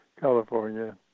California